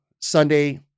Sunday